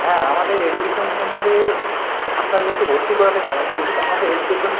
হ্যাঁ আমাদের এডুকেশন সেন্টারে আপনার মেয়েকে ভর্তি করাতে পারেন কিন্তু আমাদের এডুকেশান